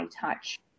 touch